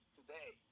today